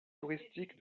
touristique